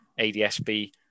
ADSB